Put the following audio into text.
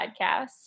podcast